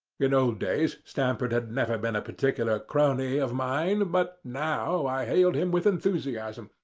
you know days stamford had never been a particular crony of mine, but now i hailed him with enthusiasm,